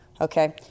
Okay